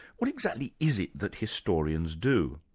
what exactly is it that historians do?